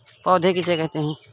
पौध किसे कहते हैं?